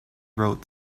wrote